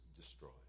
destroyed